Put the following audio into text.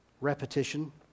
Repetition